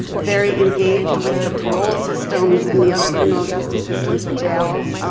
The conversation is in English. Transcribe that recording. very engaged with the parole systems and the other criminal justice systems, the jails.